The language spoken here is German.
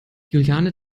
juliane